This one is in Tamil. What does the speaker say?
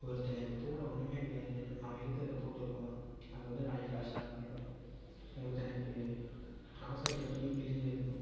ஒருத்தனுக்கு போட ஒன்றுமே இருக்காது அவன் இருக்கிறது போட்டு வருவான் அது வந்து நாளைக்கு ஃபேஷன்னாக மாறிடும் ஒருத்தனுக்கு அவசரத்தில் துணி கிழிஞ்சிருக்கும்